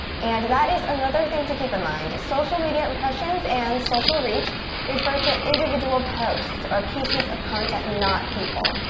and that is another thing to keep in mind social media impressions and social reach refer to individual posts or pieces of content not people.